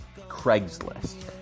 Craigslist